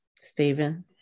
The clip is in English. Stephen